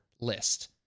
list